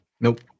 nope